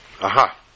aha